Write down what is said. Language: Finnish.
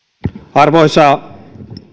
arvoisa